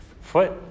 foot